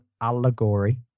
allegory